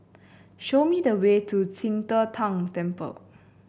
show me the way to Qing De Tang Temple